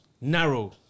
narrow